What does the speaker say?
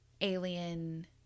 Alien